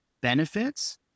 benefits